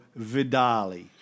Vidali